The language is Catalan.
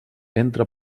entra